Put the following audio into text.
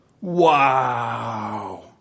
Wow